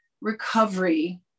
recovery